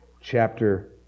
chapter